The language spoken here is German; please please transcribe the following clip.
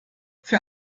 für